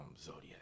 Zodiac